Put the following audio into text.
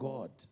God